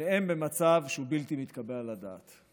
ששניהם במצב שהוא בלתי מתקבל על הדעת.